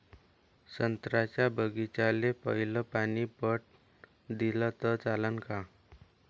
संत्र्याच्या बागीचाले पयलं पानी पट दिलं त चालन का?